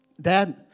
Dad